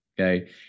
okay